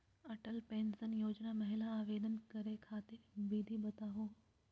Atal pension Yojana महिना आवेदन करै खातिर विधि बताहु हो?